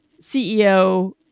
CEO